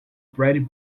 brady